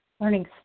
learning